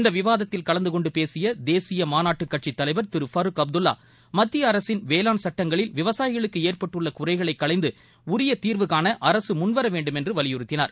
இந்த விவாதத்தில் கலந்து கொண்டு பேசிய தேசிய மாநாட்டுக் கட்சிட் தலைவர் திரு ஃபருக் அப்துல்லா மத்திய அசரின் வேளாண் சட்டங்களில் விவசாயிகளுக்கு ஏற்பட்டுள்ள குறைகளை களைந்து உரிய தீர்வுகாண அரசு முன்வர வேண்டுமென்று வலியுறுத்தினார்